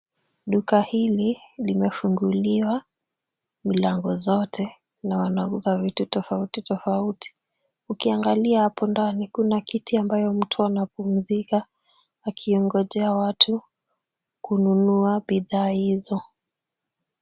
Duka hili limefunguliwa milango zote na wanauza vitu tofauti tofauti. Ukiangalia hapo ndani kuna kiti ambayo mtu anapumzika akiongojea watu kununua bidhaa hizo.